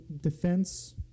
defense